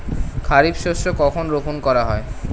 খারিফ শস্য কখন রোপন করা হয়?